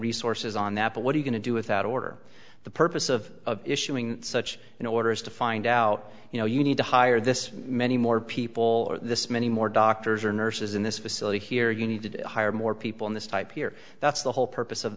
resources on that but what are you going to do without order the purpose of issuing such an order is to find out you know you need to hire this many more people this many more doctors or nurses in this facility here you need to hire more people in this type here that's the whole purpose of